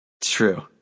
True